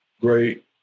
great